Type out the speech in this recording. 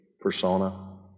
persona